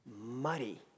muddy